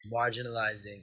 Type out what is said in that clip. marginalizing